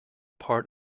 part